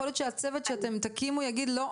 יכול להיות שהצוות שאתם תקימו יגיד "לא,